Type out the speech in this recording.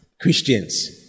Christians